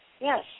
Yes